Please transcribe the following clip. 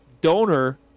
donor